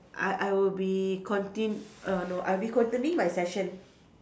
I I will be contin~ err no I'll be continuing my session